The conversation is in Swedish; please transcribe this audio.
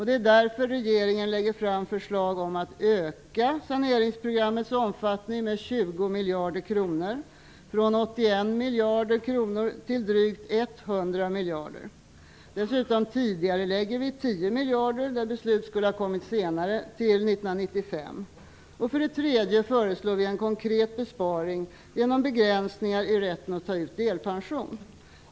Därför lägger regeringen fram förslag om att utöka saneringsprogrammet med 20 miljarder kronor -- Dessutom tidigarelägger vi 10 miljarder till 1995 -- beslut om dessa miljarder skulle ha fattats senare. Vi föreslår också en konkret besparing genom begränsningar i rätten att ta ut delpension.